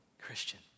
Christian